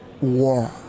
war